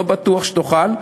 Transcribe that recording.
לא בטוח שתוכל.